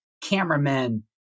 cameramen